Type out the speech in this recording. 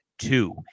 Two